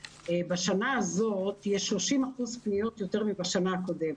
בשנה הזאת יש 30 אחוזים פניות יותר מאשר בשנה הקודמת.